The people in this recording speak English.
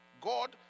God